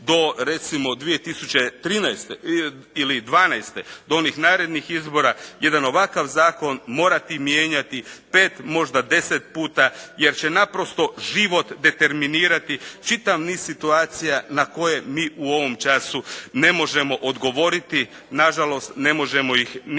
do 2012. ili 13. do onih narednih izbora jedan ovakav Zakon morati mijenjati 5, možda 10 puta jer će zapravo život determinirati čitav niz situacija na koje mi u ovom času ne možemo odgovoriti, na žalost ne možemo ih niti